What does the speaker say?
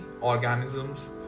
organisms